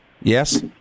Yes